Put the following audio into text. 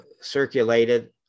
circulated